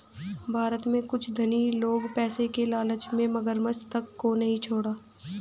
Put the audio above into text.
भारत में कुछ धनी लोग पैसे की लालच में मगरमच्छ तक को नहीं छोड़ा